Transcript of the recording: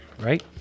Right